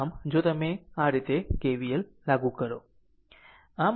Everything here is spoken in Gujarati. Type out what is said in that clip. આમ જો તમે આ રીતે KVL લાગુ કરો